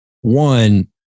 One